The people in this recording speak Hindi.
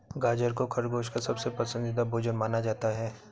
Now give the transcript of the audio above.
गाजर को खरगोश का सबसे पसन्दीदा भोजन माना जाता है